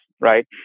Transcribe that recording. right